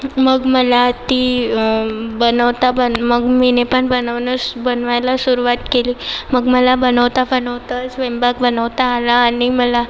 मग मला ती बनवता बन मग मीने पण बनवणं बनवायला सुरवात केली मग मला बनवता बनवता स्वयंपाक बनवता आला आणि मला